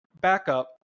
backup